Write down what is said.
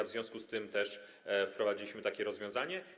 W związku z tym wprowadziliśmy takie rozwiązanie.